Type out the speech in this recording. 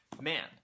man